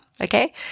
okay